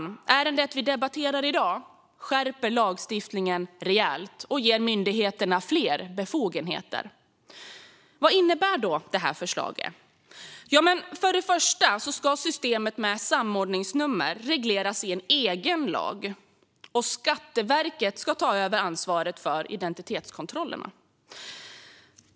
Det ärende vi debatterar i dag skärper lagstiftningen rejält och ger myndigheterna fler befogenheter. Vad innebär då detta förslag? För det första ska systemet med samordningsnummer regleras i en egen lag, och Skatteverket ska ta över ansvaret för identitetskontrollerna.